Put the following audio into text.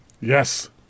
Yes